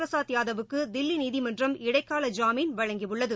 பிரசாத் யாதவுக்கு தில்லி நீதிமன்றம் இடைக்கால ஜாமீன் வழங்கியுள்ளது